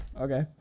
Okay